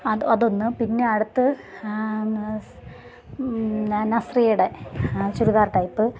അത് അതൊന്ന് പിന്നെ അടുത്ത് നസ്രിയയുടെ ചുരിദാർ ടൈപ്പ്